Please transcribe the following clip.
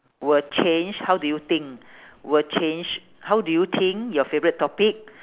will change how do you think will change how do you think your favourite topic